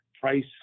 Price